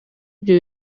ibyo